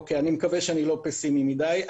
אני מקווה שאני לא פסימי מדי.